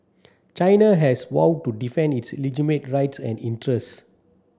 China has vowed to defend its legitimate rights and interests